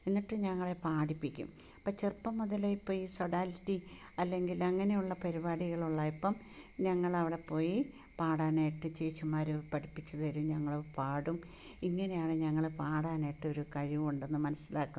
എന്നിട്ട് ഞങ്ങളെ പാടിപ്പിക്കും അപ്പോൾ ചെറുപ്പം മുതലേ ഇപ്പം ഈ സൊഡാൽറ്റി അല്ലെങ്കിലെങ്ങനെ ഉള്ള പരിപാടികളുള്ള ഇപ്പം ഞങ്ങളവിടപോയി പാടാനായിട്ട് ചേച്ചിമാര് പഠിപ്പിച്ച് തരും ഞങ്ങളത് പാടും ഇങ്ങനെയാണ് ഞങ്ങള് പടനായിട്ട് ഒരു കഴിവുണ്ടെന്ന് മനസ്സിലാക്കുന്നത്